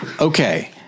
Okay